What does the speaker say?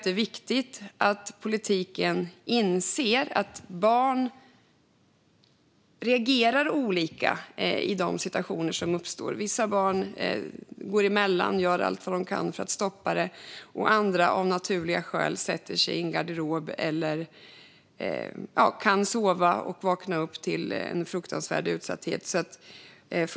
Det är viktigt att vi inom politiken inser att barn reagerar olika i de situationer som uppstår. Vissa barn går emellan och gör allt de kan för att stoppa det hela. Andra sätter sig av naturliga skäl i en garderob eller sover och vaknar upp till en fruktansvärd utsatthet.